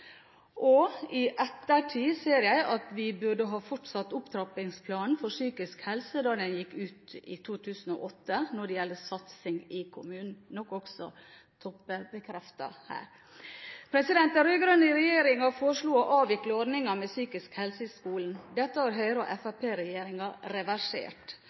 Og videre: «I ettertid ser jeg at vi burde ha fortsatt opptrappingsplanen for psykisk helse da den gikk ut i 2008 når det gjelder satsingen i kommunen,» noe også Toppe bekrefter her. Den rød-grønne regjeringen foreslo å avvikle ordningen med psykisk helse i skolen. Dette har